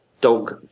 dog